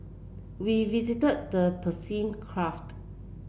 we visited the